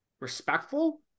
respectful